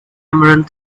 emerald